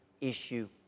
issue